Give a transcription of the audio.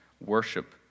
worship